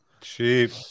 cheap